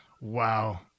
Wow